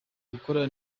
gukora